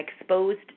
exposed